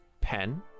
Pen